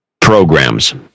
programs